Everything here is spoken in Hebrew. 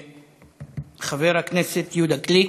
חבר הכנסת יהודה גליק,